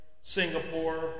Singapore